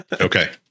okay